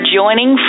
joining